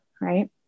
right